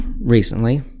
recently